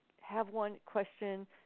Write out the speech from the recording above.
have-one-question